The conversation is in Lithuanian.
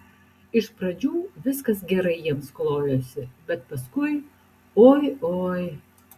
iš pradžių viskas gerai jiems klojosi bet paskui oi oi